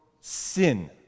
sin